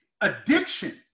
addiction